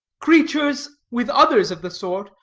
creatures, with others of the sort,